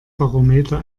barometer